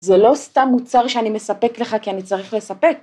‫זה לא סתם מוצר שאני מספק לך ‫כי אני צריך לספק.